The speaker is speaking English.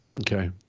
Okay